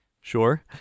Sure